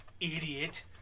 Idiot